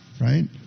right